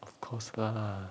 of course lah